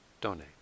donate